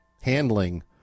handling